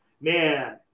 man